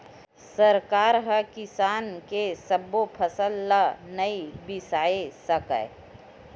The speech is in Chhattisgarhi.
सरकार ह किसान के सब्बो फसल ल नइ बिसावय सकय